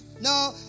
No